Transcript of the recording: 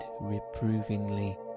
reprovingly